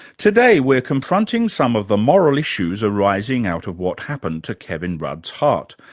today we're confronting some of the moral issues arising out of what happened to kevin rudd's heart,